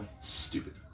stupid